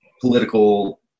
political